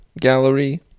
gallery